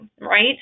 Right